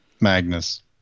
Magnus